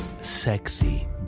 sexy